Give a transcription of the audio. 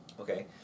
Okay